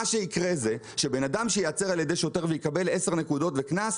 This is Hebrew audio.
מה שיקרה זה שבן אדם שייעצר על ידי שוטר ויקבל 10 נקודות וקנס,